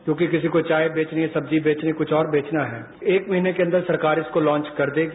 क्योंकि किसी को चाय बेचनी है सब्जी बेचनी है कुछ और बेचना है एक महीने के अंदर सरकार इसको लॉन्च कर देगी